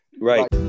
right